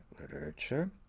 literature